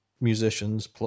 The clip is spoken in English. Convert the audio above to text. musicians